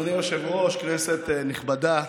אדוני היושב-ראש, כנסת נכבדה,